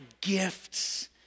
gifts